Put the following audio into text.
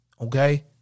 Okay